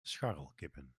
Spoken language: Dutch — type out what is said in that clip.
scharrelkippen